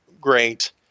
Great